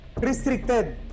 restricted